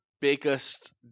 biggest